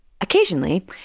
Occasionally